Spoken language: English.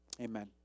Amen